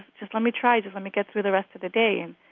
just let me try. just let me get through the rest of the day.